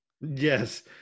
Yes